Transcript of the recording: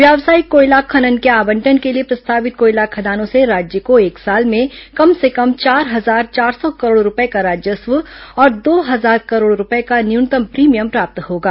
व्यावसायिक कोयला खनन के आवंटन के लिए प्रस्तावित कोयला खदानों से राज्य को एक साल में कम से कम चार हजार चार सौ करोड़ रूपये का राजस्व और दो हजार करोड़ रूपये का न्यूनतम प्रीमियम प्राप्त होगा